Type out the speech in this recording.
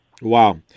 Wow